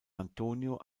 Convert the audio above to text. antonio